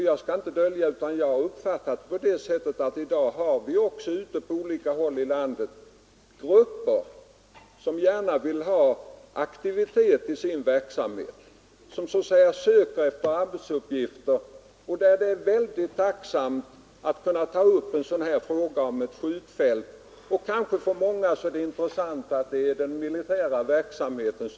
Jag skall inte dölja att jag har den uppfattningen att det på olika håll i landet finns grupper som gärna vill arbeta aktivt men som måste söka efter arbetsuppgifter. Det är då tacksamt att ta upp en sådan här fråga om exempelvis ett skjutfält. För många är det speciellt intressant att det gäller militär verksamhet.